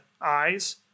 eyes